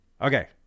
Okay